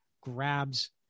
grabs